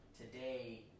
today